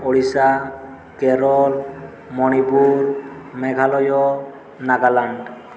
Odisha Kerala Manipur Meghalaya Nagaland